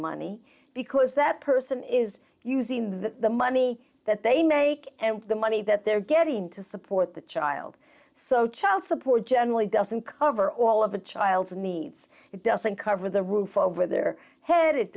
money because that person is using the money that they make and the money that they're getting to support the child so child support generally doesn't cover all of the child's needs it doesn't cover the roof over their head it